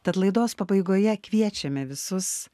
tad laidos pabaigoje kviečiame visus